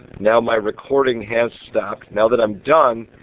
now my recording has stopped. now that i'm done,